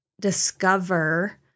discover